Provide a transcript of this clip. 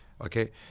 okay